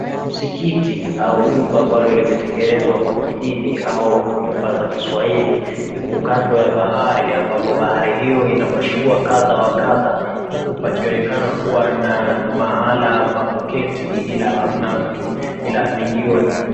Msikiti au jumba ambalo limetengenezwa kwa kidini au nyumba za kiswahili lipo kando ya bahari ambapo bahari hio ina mashua kadha wa kadha huku pakionekana kuwa na mahala pa kuketi ila hamna mtu ila ni jioni.